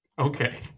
Okay